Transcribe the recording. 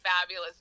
fabulous